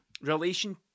relation